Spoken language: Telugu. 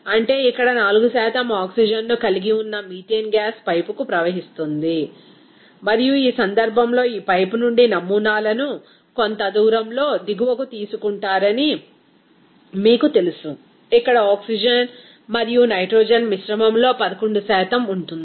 అంటే ఇక్కడ 4 ఆక్సిజన్ను కలిగి ఉన్న మీథేన్ గ్యాస్ పైపుకు ప్రవహిస్తుంది మరియు ఈ సందర్భంలో ఈ పైపు నుండి నమూనాలను కొంత దూరంలో దిగువకు తీసుకుంటారని మీకు తెలుసు ఇక్కడ ఆక్సిజన్ మరియు నైట్రోజన్ మిశ్రమంలో 11 ఉంటుంది